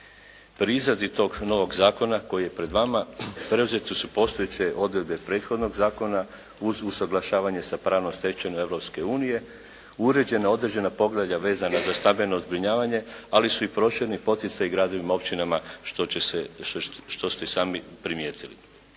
Pri izradi toga novoga zakona koji je pred vama preuzete su postojeće odredbe prethodnog zakona uz usuglašavanje sa pravnom stečevinom Europske unije, uređena određena poglavlja vezana za stambeno zbrinjavanje ali su i prošireni poticaji gradovima i općinama što će se, što ste i sami primijetili.